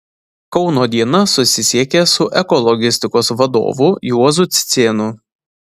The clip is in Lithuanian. kauno diena susisiekė su ekologistikos vadovu juozu cicėnu